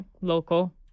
local